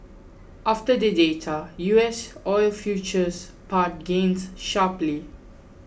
after the data U S heating oil futures pared gains sharply